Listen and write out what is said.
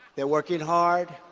they're working hard,